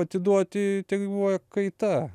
atiduoti tegyvuoja kaita